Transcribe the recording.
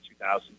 2000